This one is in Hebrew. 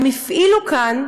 הם הפעילו כאן,